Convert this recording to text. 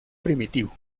primitivo